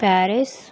Paris